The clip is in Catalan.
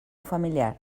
familiar